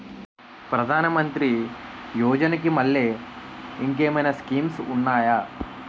ప్రధాన మంత్రి యోజన కి మల్లె ఇంకేమైనా స్కీమ్స్ ఉన్నాయా?